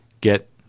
get –